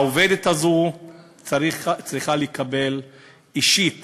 העובדת הזו צריכה לקבל אישית